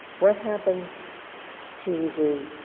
what happened to the